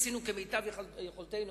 עשינו כמיטב יכולתנו.